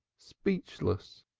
speechless.